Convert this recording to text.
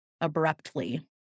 abruptly